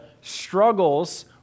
struggles